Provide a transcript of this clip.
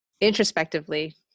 introspectively